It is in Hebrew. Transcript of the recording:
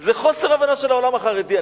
זה חוסר הבנה של העולם החרדי.